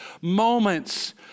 moments